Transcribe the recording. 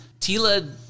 Tila